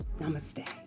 Namaste